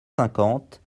cinquante